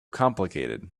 complicated